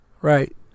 Right